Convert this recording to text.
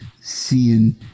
seeing